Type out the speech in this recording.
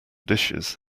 dishes